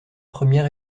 premier